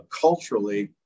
culturally